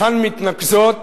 לכאן מתנקזות